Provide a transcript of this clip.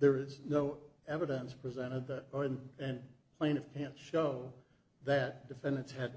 there is no evidence presented that and plaintiff can't show that defendants had